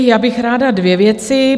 Já bych ráda dvě věci.